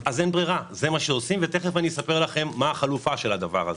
אז אין ברירה וזה מה שעושים ותכף אספר לכם מה החלופה של הדבר הזה.